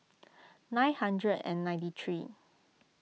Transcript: nine hundred and ninety three